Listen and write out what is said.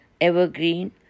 evergreen